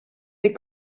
des